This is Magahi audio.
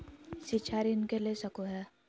शिक्षा ऋण के ले सको है?